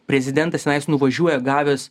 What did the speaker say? prezidentas tenais nuvažiuoja gavęs